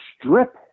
Strip